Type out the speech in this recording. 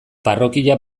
parrokia